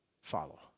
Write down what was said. follow